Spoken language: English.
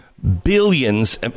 billions